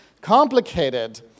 complicated